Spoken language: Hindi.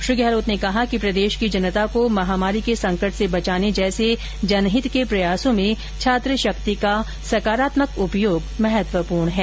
श्री गहलोत ने कहा कि प्रदेश की जनता को महामारी के संकट से बचाने जैसे जनहित के प्रयासों में छात्र शक्ति का सकारात्मक उपयोग महत्वपूर्ण है